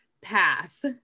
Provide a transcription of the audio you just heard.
path